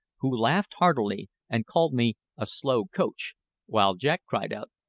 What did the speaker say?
who laughed heartily and called me a slow coach while jack cried out,